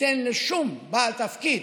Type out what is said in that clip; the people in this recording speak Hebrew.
ניתן לשום בעל תפקיד